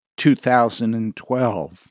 2012